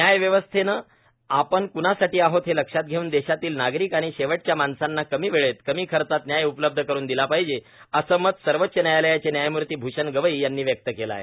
न्यायव्यवस्थेने आपण क्णासाठी आहोत हे लक्षात घेऊन देशातील नागरिक आणि शेवटच्या माणसांना कमी वेळेत कमी खर्चात न्याय उपलब्ध करून दिला पाहिजे असे मत सर्वोच्च न्यायालयाचे न्यायमूर्ती भूषण गवई यांनी व्यक्त केले आहे